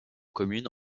commune